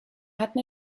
hatten